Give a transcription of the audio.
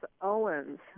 Owens